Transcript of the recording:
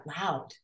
loud